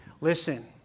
Listen